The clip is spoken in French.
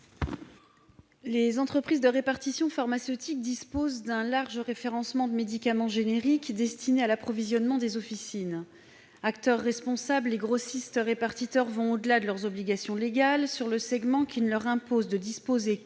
Les entreprises de répartition pharmaceutique disposent d'un large référencement des médicaments génériques destinés à l'approvisionnement des officines. Acteurs responsables, les grossistes-répartiteurs vont au-delà de leurs obligations légales sur ce segment qui ne leur imposent de disposer que du